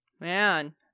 Man